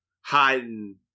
hiding